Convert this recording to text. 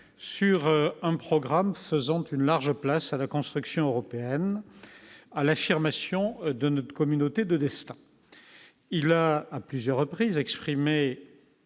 sur un programme faisant une large place à la construction européenne à l'affirmation de notre communauté de destin, il a, à plusieurs reprises exprimé